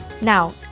Now